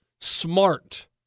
smart